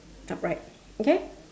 upright okay